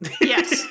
Yes